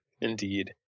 Indeed